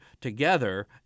together